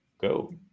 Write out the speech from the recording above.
go